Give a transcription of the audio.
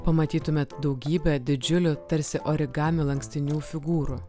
pamatytumėt daugybę didžiulių tarsi origami lankstinių figūrų